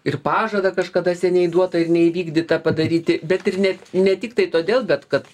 ir pažadą kažkada seniai duotą ir neįvykdytą padaryti bet ir ne ne tiktai todėl bet kad